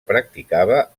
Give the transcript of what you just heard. practicava